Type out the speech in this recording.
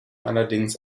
allerdings